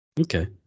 Okay